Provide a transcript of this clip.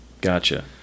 Gotcha